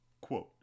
Quote